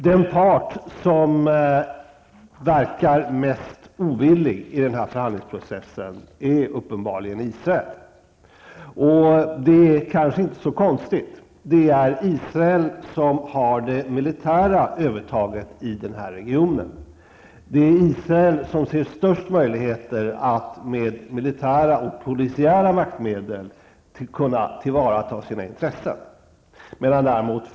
Den part som verkar mest ovillig i förhandlingsprocessen är uppenbarligen Israel, och det är kanske inte så konstigt. Det är Israel som har det militära övertaget i regionen. Det är Israel som ser störst möjligheter att med militära och polisiära maktmedel kunna tillvarata sina intressen.